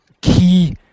key